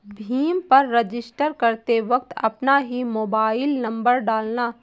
भीम पर रजिस्टर करते वक्त अपना ही मोबाईल नंबर डालना